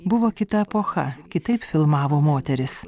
buvo kita epocha kitaip filmavo moteris